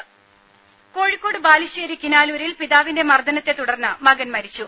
ദേഴ കോഴിക്കോട് ബാലുശ്ശേരി കിനാലൂരിൽ പിതാവിന്റെ മർദനത്തെ തുടർന്ന് മകൻ മരിച്ചു